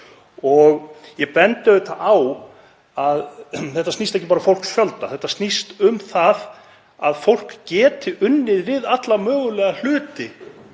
Ég bendi á að þetta snýst ekki bara um fólksfjölda. Þetta snýst um að fólk geti unnið við alla mögulega hluti